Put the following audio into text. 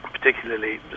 particularly